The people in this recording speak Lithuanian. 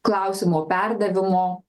klausimo perdavimo